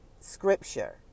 scripture